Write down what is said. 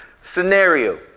Scenario